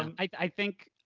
um i think,